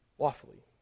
Lawfully